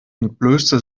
entblößte